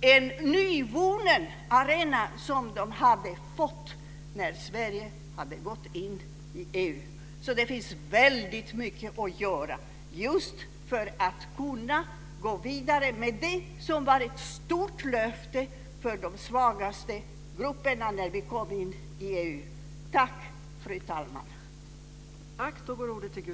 en nyvunnen arena som de hade fått när Sverige hade gått in i EU. Så det finns väldigt mycket att göra just för att kunna gå vidare med det som var ett stort löfte till de svagaste grupperna när vi kom in i EU.